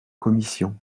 commission